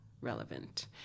relevant